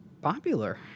popular